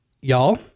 Y'all